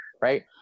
Right